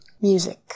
music